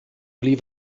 leave